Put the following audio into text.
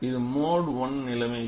இது mode I நிலைமைக்கு